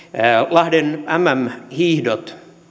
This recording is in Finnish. lahden mm hiihdot